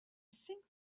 think